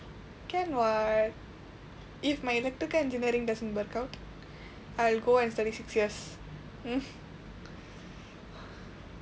can what if my electrical engineering doesn't work out I will go and study six years